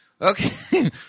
Okay